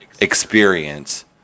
experience